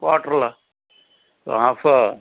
క్యాటర్లా హాఫా